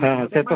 হ্যাঁ হ্যাঁ সে তো